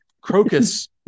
crocus